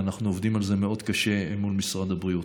ואנחנו עובדים על זה מאוד קשה מול משרד הבריאות.